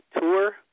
tour